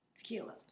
Tequila